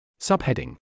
Subheading